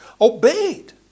obeyed